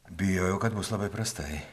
bijojau kad bus labai prastai